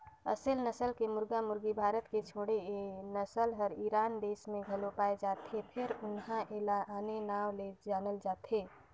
असेल नसल के मुरगा मुरगी भारत के छोड़े ए नसल हर ईरान देस में घलो पाये जाथे फेर उन्हा एला आने नांव ले जानल जाथे